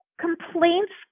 complaints